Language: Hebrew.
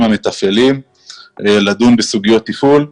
המתפעלים כדי לדון בסוגיות תפעול.